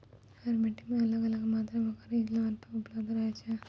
हर मिट्टी मॅ अलग अलग मात्रा मॅ खनिज लवण उपलब्ध रहै छै